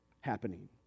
happening